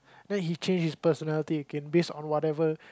then he changed his personality again based on whatever